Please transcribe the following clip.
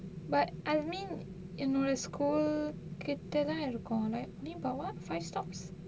but I mean என்னோட:ennoda school கிட்ட தான் இருக்கும்:kitta thaan irukkum like ni bava five stops